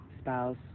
spouse